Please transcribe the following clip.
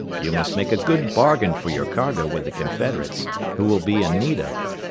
you must make a good bargain for your cargo with the confederates, who will be in need of it,